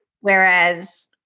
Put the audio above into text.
whereas